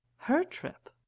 her trip!